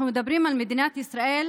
אנחנו מדברים על מדינת ישראל,